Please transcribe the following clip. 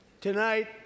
Tonight